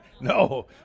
No